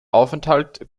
aufenthalt